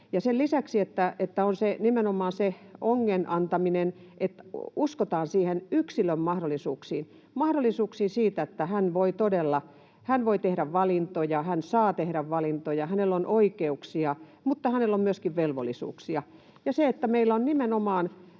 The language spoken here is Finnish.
Sen lisäksi, että on nimenomaan se ongen antaminen — uskotaan yksilön mahdollisuuksiin, mahdollisuuksiin siitä, että hän todella voi tehdä valintoja, hän saa tehdä valintoja, hänellä on oikeuksia — hänellä on myöskin velvollisuuksia.